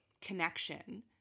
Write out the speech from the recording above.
connection